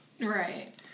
Right